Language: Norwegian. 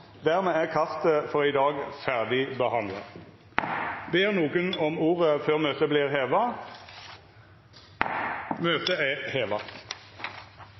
Dermed er kartet for i dag ferdigbehandla. Ber nokon om ordet før møtet vert heva? – Møtet er heva.